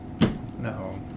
No